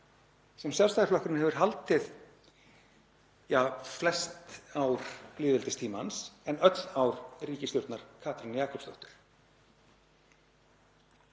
sem Sjálfstæðisflokkurinn hefur haldið, ja, flest ár lýðveldistímans en öll ár ríkisstjórnar Katrínar Jakobsdóttur.